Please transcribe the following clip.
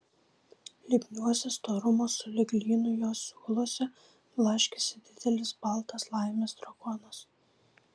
lipniuose storumo sulig lynu jo siūluose blaškėsi didelis baltas laimės drakonas